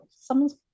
someone's